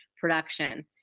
production